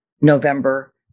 November